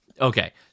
Okay